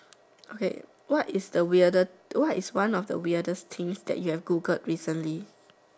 okay what is the weirdest what is one of the weirdest things that you've Googled recently